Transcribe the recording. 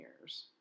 years